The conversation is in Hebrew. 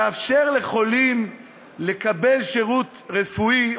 לאפשר לחולים לקבל שירות רפואי,